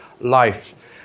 life